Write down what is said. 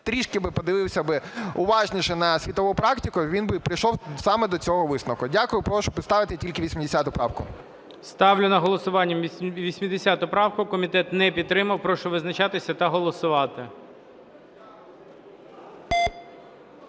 трішки би подивився уважніше на світову практику і він би прийшов саме до цього висновку. Дякую. І прошу поставити тільки 80 правку. ГОЛОВУЮЧИЙ. Ставлю на голосування 80 правку. Комітет не підтримав. Прошу визначатися та голосувати.